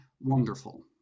wonderful